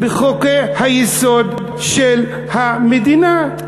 בחוקי-היסוד של המדינה,